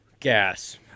Gas